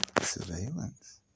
Surveillance